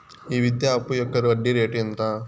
ఈ విద్యా అప్పు యొక్క వడ్డీ రేటు ఎంత?